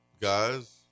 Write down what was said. guys